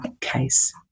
case